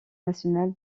national